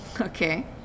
Okay